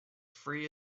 free